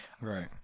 Right